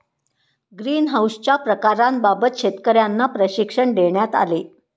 ग्रीनहाउसच्या प्रकारांबाबत शेतकर्यांना प्रशिक्षण देण्यात आले